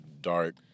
dark